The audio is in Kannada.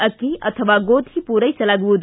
ಅಕ್ಕಿ ಅಥವಾ ಗೋಧಿ ಪೂರೈಸಲಾಗುವುದು